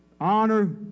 Honor